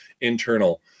internal